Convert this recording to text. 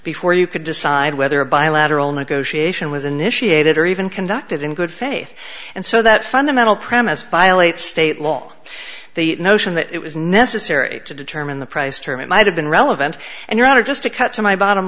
before you could decide whether a bilateral negotiation was initiated or even conducted in good faith and so that fundamental premise violates state law the notion that it was necessary to determine the price term it might have been relevant and your honor just to cut to my bottom